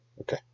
Okay